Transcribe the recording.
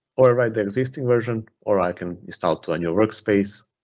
overwrite the existing version or i can install to a new workspace,